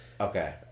okay